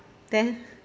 then